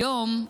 היום,